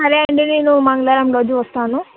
సరే అండి నేను మంగళవారం రోజు వస్తాను